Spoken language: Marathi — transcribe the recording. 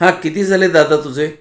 हां किती झाले दादा तुझे